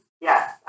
Yes